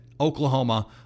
Oklahoma